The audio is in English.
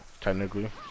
technically